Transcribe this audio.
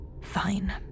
Fine